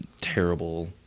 terrible